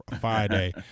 Friday